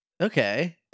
okay